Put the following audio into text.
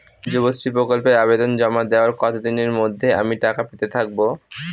যুবশ্রী প্রকল্পে আবেদন জমা দেওয়ার কতদিনের মধ্যে আমি টাকা পেতে থাকব?